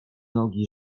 nogi